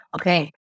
Okay